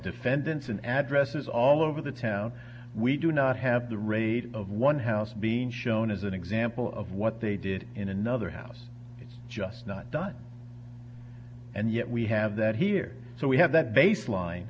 defendants and addresses all over the town we do not have the raid of one house being shown as an example of what they did in another house it's just not done and yet we have that here so we have that baseline